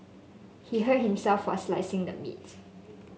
he hurt himself while slicing the meat